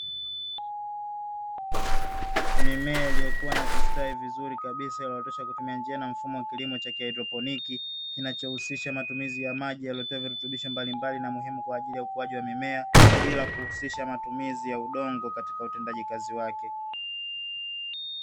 Mimea iliyokuwa na kustawi vizuri kabisa iliyooteshwa kutumia njia na mfumo wa kilimo cha haidroponi, kinachohusisha matumizi ya maji yaliyotiwa virutubisho mbalimbali na muhimu kwa ajili ya ukuaji wa mimea bila kuhusisha matumizi ya udongo katika utendaji kazi wake.